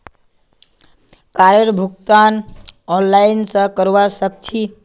कारेर भुगतान ऑनलाइन स करवा सक छी